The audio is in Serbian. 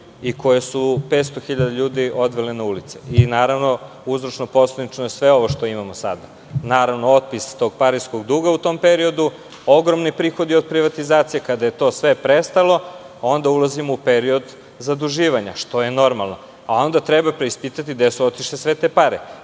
i koje su 500 hiljada ljudi odvele na ulice. Naravno, uzročno posledično je sve ovo što imamo sada. Naravno, otpis tog pariskog duga u tom periodu, ogromni prihodi od privatizacije. Kada je sve to prestalo onda ulazimo u period zaduživanja, što je normalno, a onda treba preispitati gde su otišle sve te pare,